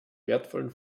wertvollen